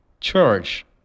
Church